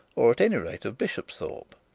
or at any rate of bishopsthorpe.